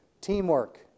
Teamwork